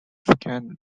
secondary